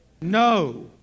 No